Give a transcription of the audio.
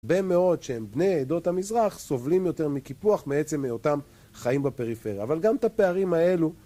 הרבה מאוד שהם בני העדות המזרח, סובלים יותר מקיפוח, מעצם מאותם חיים בפריפריה. אבל גם את הפערים האלו